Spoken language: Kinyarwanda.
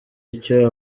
icyo